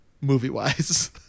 movie-wise